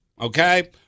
Okay